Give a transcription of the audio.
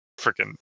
freaking